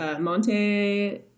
Monte